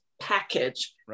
Package